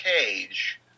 Cage